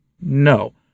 No